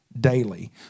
daily